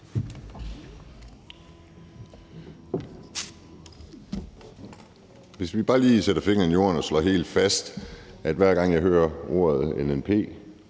Jeg vil bare lige sætte hælene i og slå helt fast, at hver gang jeg hører ordet NNP,